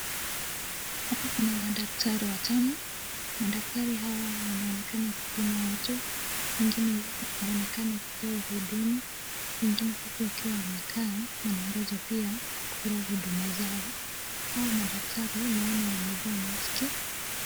Hapa Kuna mdaktari watano madaktari Hawa wanaonekana kupewa watu huduma mwingine akiwa amekaa anangoja pia kupewa Huduma zao hao mdaktari naona wamevaa maski.